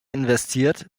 investiert